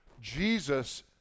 Jesus